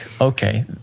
okay